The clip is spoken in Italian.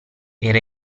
era